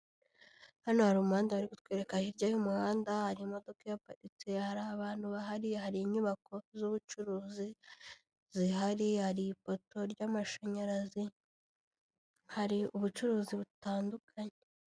Hano hari umuhanda bari kutwereka hirya y'umuhanda hari imodoka ihaparitse, hari abantu bahari, hari inyubako z'ubucuruzi zihari, hari ipoto ry'amashanyarazi, hari ubucuruzi butandukanye.